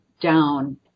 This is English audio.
down